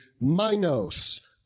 MINOS